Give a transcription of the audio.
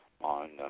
on